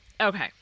Okay